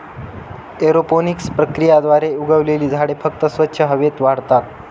aeroponics प्रक्रियेद्वारे उगवलेली झाडे फक्त स्वच्छ हवेत वाढतात